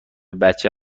بچه